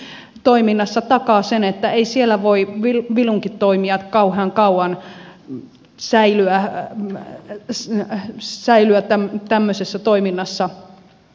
fi toiminnassa takaa sen että ei siellä voi vilunkitoimijat kauhean kauan säilyä tämmöisessä toiminnassa mukana